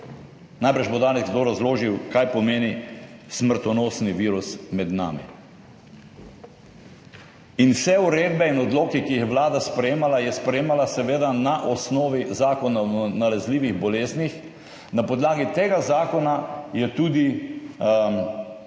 Najbrž bo danes kdo razložil, kaj pomeni smrtonosni virus med nami. Vse uredbe in odloke, ki jih je Vlada sprejemala, je sprejemala seveda na osnovi Zakona o nalezljivih boleznih. Na podlagi tega zakona je tudi prejšnja